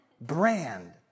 brand